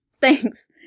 Thanks